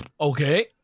Okay